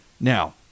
Now